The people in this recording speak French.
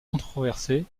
controversée